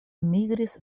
migris